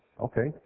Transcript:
Okay